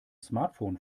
smartphone